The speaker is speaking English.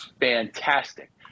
fantastic